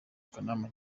akanama